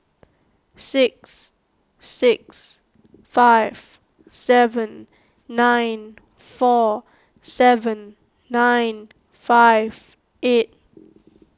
six six five seven nine four seven nine five eight